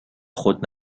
خود